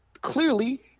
clearly –